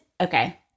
okay